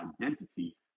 identity